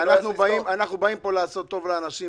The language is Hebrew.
אנחנו באים פה לעשות טוב לאנשים,